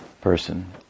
person